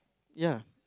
ya